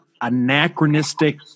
anachronistic